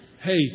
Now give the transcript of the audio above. Hey